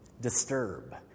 disturb